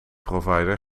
provider